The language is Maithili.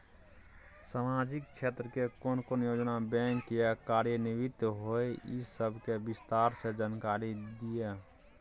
सामाजिक क्षेत्र के कोन कोन योजना बैंक स कार्यान्वित होय इ सब के विस्तार स जानकारी दिय?